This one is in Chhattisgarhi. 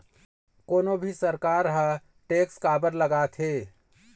कोनो भी सरकार ह टेक्स काबर लगाथे?